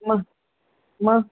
मग मग